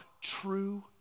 true